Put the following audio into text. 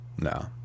No